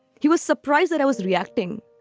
he was surprised that i was reacting.